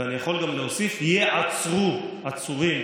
ואני יכול גם להוסיף שייעצרו עצורים